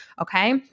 Okay